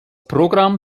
programm